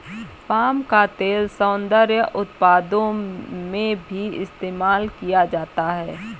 palm का तेल सौन्दर्य उत्पादों में भी इस्तेमाल किया जाता है